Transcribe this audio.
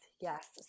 Yes